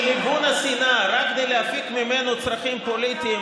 ליבוי השנאה רק כדי להפיק ממנו צרכים פוליטיים,